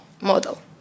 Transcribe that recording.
model